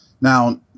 Now